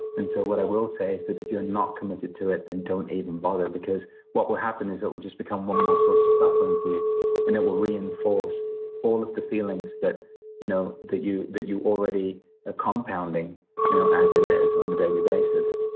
and so, what i will say is that if you're not committed to it, then don't even bother because what will happen is it will just become one more source of suffering for you and it will reinforce all of the feelings that you know that you you already are ah compounding you know as it is on a daily basis.